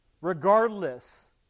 regardless